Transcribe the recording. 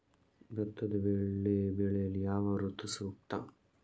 ಭತ್ತದ ಬೆಳೆ ಬೆಳೆಯಲು ಯಾವ ಋತು ಸೂಕ್ತ?